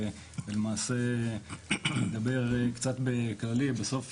אני אדבר קצת בכללי, בסוף